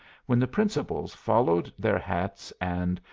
when the principals followed their hats and,